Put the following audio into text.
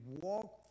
walk